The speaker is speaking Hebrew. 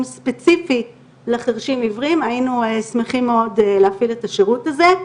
ספציפית לחרשים עיוורים היינו שמחים מאוד להפעיל את השירות הזה.